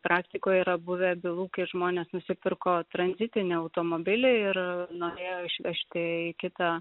praktikoj yra buvę bylų kai žmonės nusipirko tranzitinį automobilį ir norėjo išvežti į kitą